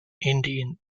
indian